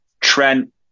Trent